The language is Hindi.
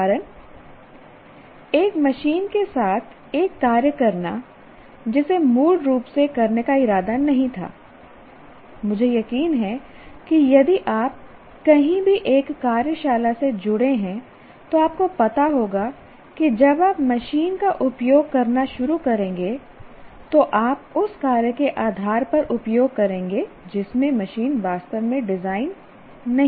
उदाहरण एक मशीन के साथ एक कार्य करना जिसे मूल रूप से करने का इरादा नहीं था मुझे यकीन है कि यदि आप कहीं भी एक कार्यशाला से जुड़े हैं तो आपको पता होगा कि जब आप मशीन का उपयोग करना शुरू करेंगे तो आप उस कार्य के आधार पर उपयोग करेंगे जिसमें मशीन वास्तव में डिज़ाइन नहीं की गई है